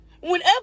Whenever